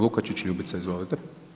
Lukačić LJubica, izvolite.